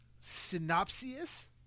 synopsis